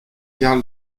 karl